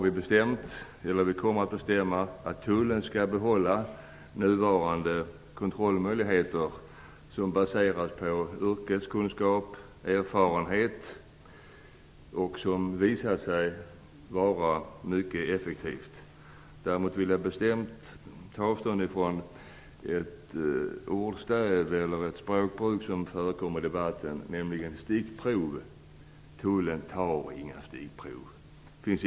Vi kommer nu att bestämma att tullen skall behålla sina nuvarande kontrollmöjligheter, som baseras på yrkeskunskap och erfarenhet. De har visat sig vara mycket effektiva. Däremot vill jag bestämt ta avstånd från ett språkbruk som förekommer i debatten, nämligen talet om stickprov. Tullen tar inga stickprov.